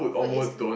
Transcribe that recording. food is